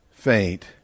faint